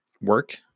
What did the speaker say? work